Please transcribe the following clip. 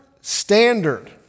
standard